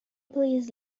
please